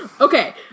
Okay